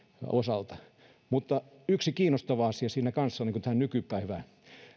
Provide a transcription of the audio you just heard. osalta mutta yksi kiinnostava asia siinä on tähän nykypäivään